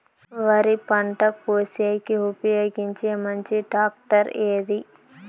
వరి పంట కోసేకి ఉపయోగించే మంచి టాక్టర్ ఏది?